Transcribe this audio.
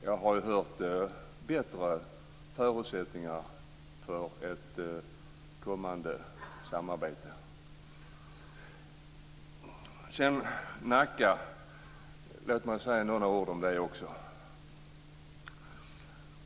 Jag har hört bättre förutsättningar för ett kommande samarbete. Låt mig säga några ord om Nacka.